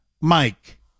mike